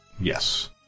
Yes